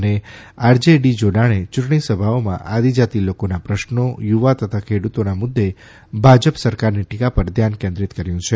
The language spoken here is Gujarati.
અને આર જે ડી જોડાણે યૂંટણી સભાઓમાં આદિજાતિ લોકોના પ્રશ્નો યુવા તથા ખેડૂતોના મુદ્દે ભાજપ સરકાર ની ટીકા પર ધ્યાન કેન્દ્રિત કર્યું છે